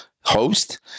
host